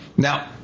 Now